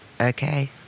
Okay